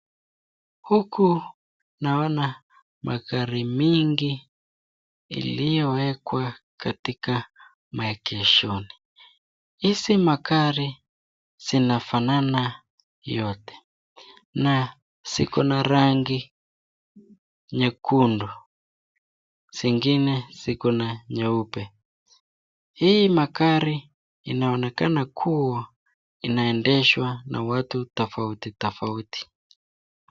Huku naona magri mingi iliyowekwa katika maegeshoni. Hizi magari zinafanana yote na ziko na rangi nyekundu, zingine ziko na nyeupe. Hii magari inaonekana kuwa inaendeshwa na watu tofauti tofauti.